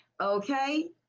okay